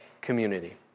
community